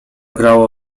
grało